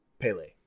Pele